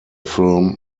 film